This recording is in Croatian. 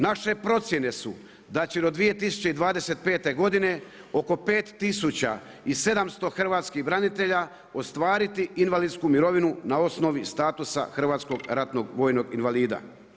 Naše procjene su da će do 2025. godine, oko 5000 i 700 hrvatskih branitelja ostvariti invalidsku mirovinu na osnovi statusa hrvatskog ratnog vojnog invalida.